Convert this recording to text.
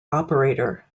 operator